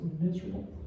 miserable